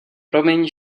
promiň